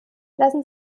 lassen